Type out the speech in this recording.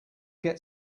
get